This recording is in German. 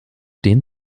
den